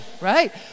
right